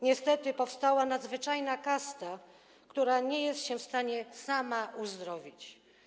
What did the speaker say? Niestety powstała nadzwyczajna kasta, która nie jest w stanie sama się uzdrowić.